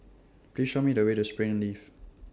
Please Show Me The Way to Springleaf